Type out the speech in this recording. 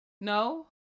no